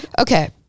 okay